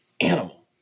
animal